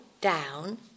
down